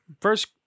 first